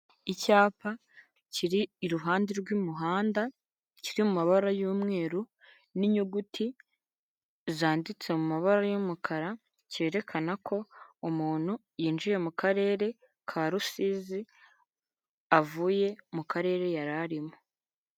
Icyapa kiri iruhande rw'umuhanda kiri mu mabara y'umweru n'inyuguti zanditse mu mabara y'umukara cyerekana ko umuntu yinjiye mu karere ka rusizi avuye mu karere yari arimo.